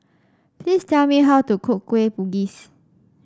please tell me how to cook Kueh Bugis